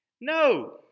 No